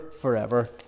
forever